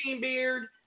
beard